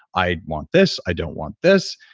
i want this, i don't want this.